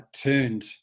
turned